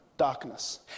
darkness